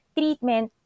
treatment